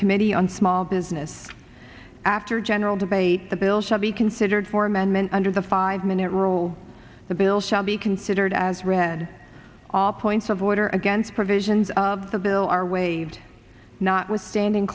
committee on small business after general debate the bill shall be considered for amendment under the five minute rule the bill shall be considered as read all points of order against provisions of the bill are waived notwithstanding